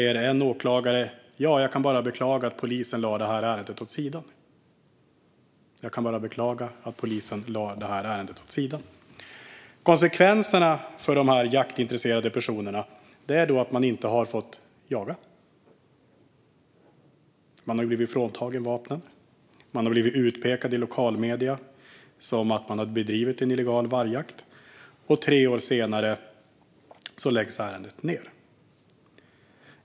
En åklagare säger: Jag kan bara beklaga att polisen lade det här ärendet åt sidan. Konsekvenserna för dessa jaktintresserade personer är att de inte har fått jaga. De har blivit fråntagna vapnen. De har blivit utpekade i lokalmedierna som att de har bedrivit en illegal vargjakt, och tre år senare läggs ärendet ned.